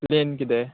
main किदें